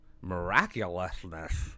miraculousness